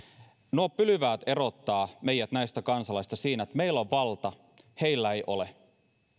nuo pylväät erottavat meidät näistä kansalaisista siinä että meillä on valta heillä ei ole